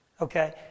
Okay